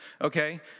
okay